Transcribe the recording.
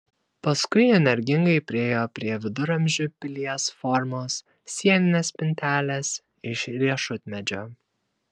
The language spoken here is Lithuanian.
paskui energingai priėjo prie viduramžių pilies formos sieninės spintelės iš riešutmedžio